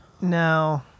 No